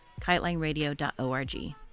KiteLineRadio.org